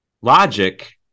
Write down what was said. logic